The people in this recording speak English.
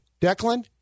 Declan